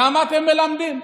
למה אתם מלמדים?